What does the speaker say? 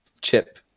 chip